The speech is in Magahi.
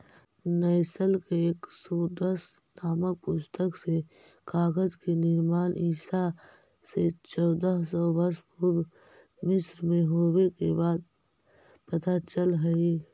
नैश के एकूसोड्स् नामक पुस्तक से कागज के निर्माण ईसा से चौदह सौ वर्ष पूर्व मिस्र में होवे के बात पता चलऽ हई